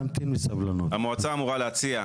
המועצה אמורה להציע,